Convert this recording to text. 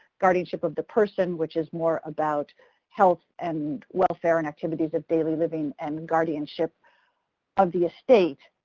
guardianship of the person, which is more about health and welfare and activities of daily living, and guardianship of the estate.